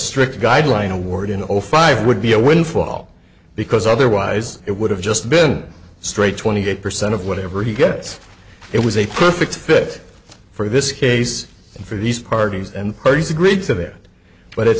strict guidelines award in zero five would be a windfall because otherwise it would have just been straight twenty eight percent of whatever he gets it was a perfect fit for this case for these parties and parties agreed to that but at